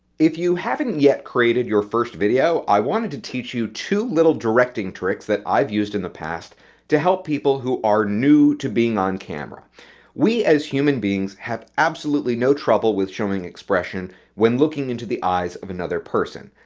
if you haven't yet created your first video, i wanted to teach you two little directing tricks that i've used in the past to help people who are new on camera we, as human beings, have absolutely no trouble with showing expression when looking into the eyes of another person,